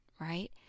right